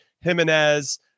Jimenez